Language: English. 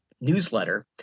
newsletter